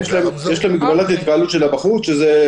כן, כן, יש מגבלות התקהלות של בחוץ, שזה